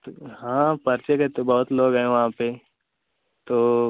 तो हाँ परिचय के तो बहुत लोग हैं वहाँ पर तो